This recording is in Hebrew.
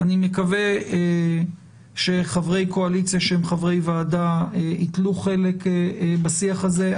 אני מקווה שחברי קואליציה שהם חברי וועדה ייטלו חלק בשיח הזה.